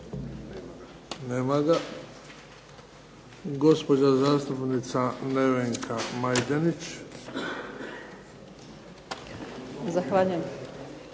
Nema ga. Gospođa zastupnica Nevenka Majdenić. **Majdenić,